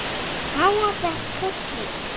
i want that cookie.